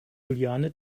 juliane